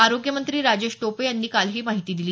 आरोग्य मंत्री राजेश टोपे यांनी काल ही माहिती दिली